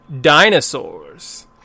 Dinosaurs